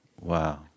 Wow